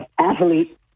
athlete